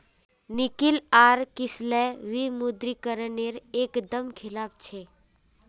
निकिल आर किसलय विमुद्रीकरण नेर एक दम खिलाफ छे